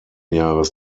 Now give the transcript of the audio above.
jahres